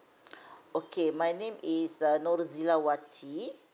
okay my name is uh norzilawati